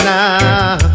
now